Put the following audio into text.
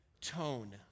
tone